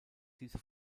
diese